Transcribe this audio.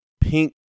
pink